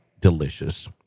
delicious